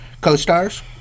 co-stars